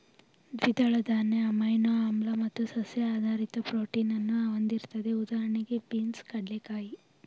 ದ್ವಿದಳ ಧಾನ್ಯ ಅಮೈನೋ ಆಮ್ಲ ಮತ್ತು ಸಸ್ಯ ಆಧಾರಿತ ಪ್ರೋಟೀನನ್ನು ಹೊಂದಿರ್ತದೆ ಉದಾಹಣೆಗೆ ಬೀನ್ಸ್ ಕಡ್ಲೆಕಾಯಿ